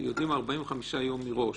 שיודעים 45 יום מראש